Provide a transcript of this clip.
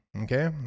okay